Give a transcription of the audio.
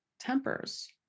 tempers